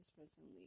recently